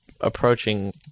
approaching